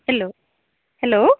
hello hello